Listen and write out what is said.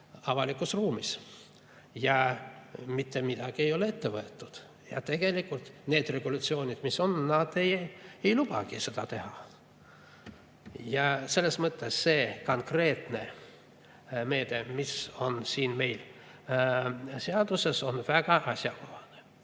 avalikus ruumis. Ja mitte midagi ei ole ette võetud. Tegelikult need regulatsioonid, mis on, nad ei lubagi seda teha. Ja selles mõttes see konkreetne meede, mis on siin meil seaduses, on väga asjakohane.